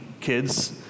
kids